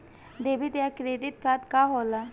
Debit या credit card का होला?